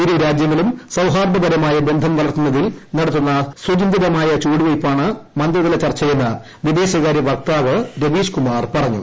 ഇരു രാജ്യങ്ങളും സ്ക്കാർദ്ദപരമായ ബന്ധം വളർത്തുന്നതിൽ നടത്തുന്ന സുചിന്തിതമായ ചുവടുവയ്പ്പാണ് മന്ത്രി തല ചർച്ചയെന്ന് വിദേശകാര്യവക്താവ് രവീഷ്കുമാർ പറഞ്ഞു